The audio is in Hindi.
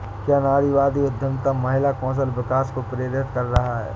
क्या नारीवादी उद्यमिता महिला कौशल विकास को प्रेरित कर रहा है?